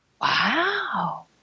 Wow